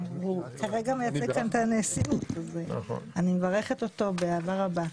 כרגע מייצג כאן את הנשיאות ואני מברכת אותו באהבה רבה.